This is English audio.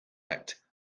act